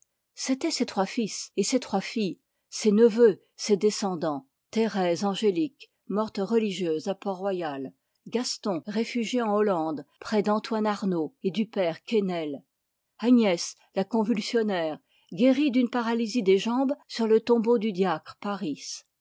c'étaient ses trois fils et ses trois filles ses neveux ses descendants thérèse angélique morte religieuse à portroyal gaston réfugié en hollande près d'antoine arnauld et du père quesnel agnès la convulsionnaire guérie d'une paralysie des jambes sur le tombeau du diacre